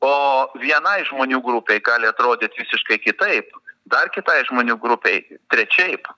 o vienai žmonių grupei gali atrodyt visiškai kitaip dar kitai žmonių grupei trečiaip